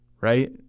right